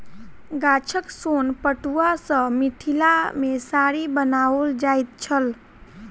गाछक सोन पटुआ सॅ मिथिला मे साड़ी बनाओल जाइत छल